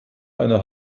eine